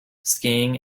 skiing